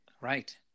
Right